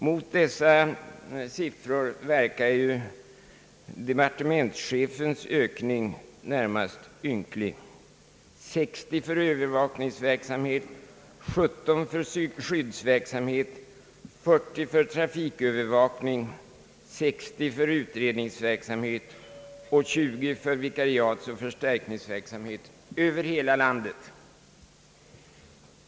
Mot dessa siffror verkar ju departementschefens ökning närmast ynklig: 60 för övervakningsverksamhet, 17 för skyddsverksamhet, 40 för trafikövervakning, 60 för utredningsverksamhet och 20 för vikariatsoch förstärkningsverksamhet över hela landet.